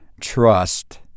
trust